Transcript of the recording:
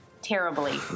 Terribly